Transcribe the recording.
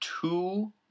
two